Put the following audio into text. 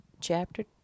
chapter